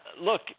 Look